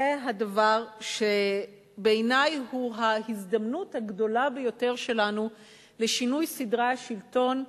זה הדבר שבעיני הוא ההזדמנות הגדולה ביותר שלנו לשינוי סדרי השלטון.